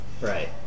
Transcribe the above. Right